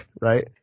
right